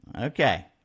Okay